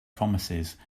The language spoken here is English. promises